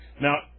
Now